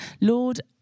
lord